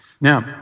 Now